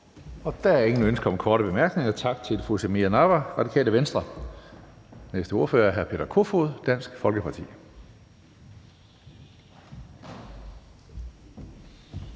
Der er ingen ønsker om korte bemærkninger. Tak til fru Samira Nawa, Radikale Venstre. Den næste ordfører er hr. Peter Kofod, Dansk Folkeparti.